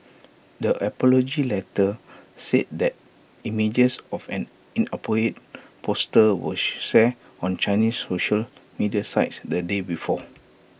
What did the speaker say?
the apology letter said that images of an inappropriate poster were on Chinese social media sites the day before